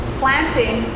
planting